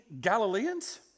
Galileans